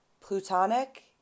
plutonic